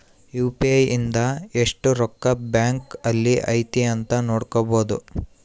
UPI ಇಂದ ಎಸ್ಟ್ ರೊಕ್ಕ ಬ್ಯಾಂಕ್ ಅಲ್ಲಿ ಐತಿ ಅಂತ ನೋಡ್ಬೊಡು